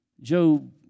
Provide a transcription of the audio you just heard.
Job